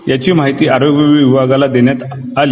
याची माहिती आरोग्य विभागाला देण्यात आली